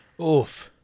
Oof